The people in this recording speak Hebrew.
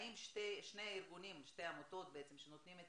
האם שתי העמותות שנותנות את